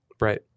Right